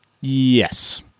Yes